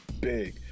big